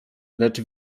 lecz